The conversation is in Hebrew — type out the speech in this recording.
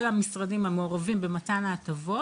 לצערי זה לא משהו שאפשר לשנות מרגע לרגע,